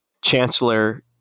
chancellor